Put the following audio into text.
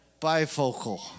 bifocal